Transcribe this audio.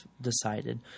decided